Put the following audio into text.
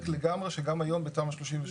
אבל אדוני צודק לגמרי שגם היום בתמ"א 38